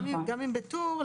גם אם בטור,